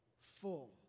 full